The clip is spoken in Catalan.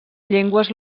llengües